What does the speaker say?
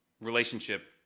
relationship